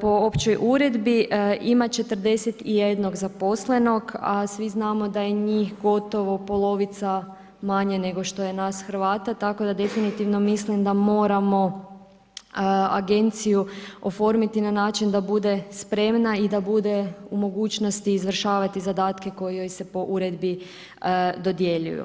po općoj uredbi, ima 41 zaposlenog, a svi znamo da je njih gotovo polovica manje nego što je nas Hrvata, tako da definitivno mislim da moramo agenciju oformiti na način da bude spremna i da bude u mogućnosti izvršavati zadatke koji joj se po uredbi dodjeljuju.